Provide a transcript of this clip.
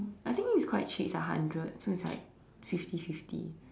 I think it's quite cheap it's like hundred so it's like fifty fifty